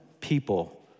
people